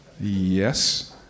Yes